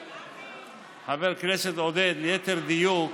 חבר הכנסת עודד, ליתר דיוק,